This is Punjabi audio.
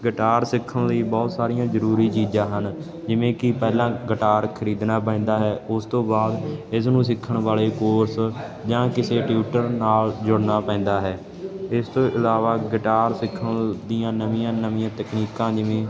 ਗਿਟਾਰ ਸਿੱਖਣ ਲਈ ਬਹੁਤ ਸਾਰੀਆਂ ਜ਼ਰੂਰੀ ਚੀਜ਼ਾਂ ਹਨ ਜਿਵੇਂ ਕਿ ਪਹਿਲਾਂ ਗਿਟਾਰ ਖਰੀਦਣਾ ਪੈਂਦਾ ਹੈ ਉਸ ਤੋਂ ਬਾਅਦ ਇਸ ਨੂੰ ਸਿੱਖਣ ਵਾਲੇ ਕੋਰਸ ਜਾਂ ਕਿਸੇ ਟਿਊਟਰ ਨਾਲ ਜੁੜਨਾ ਪੈਂਦਾ ਹੈ ਇਸ ਤੋਂ ਇਲਾਵਾ ਗਿਟਾਰ ਸਿੱਖਣ ਦੀਆਂ ਨਵੀਆਂ ਨਵੀਆਂ ਤਕਨੀਕਾਂ ਜਿਵੇਂ